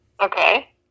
Okay